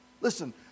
Listen